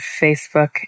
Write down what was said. Facebook